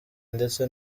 ndetse